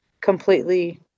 completely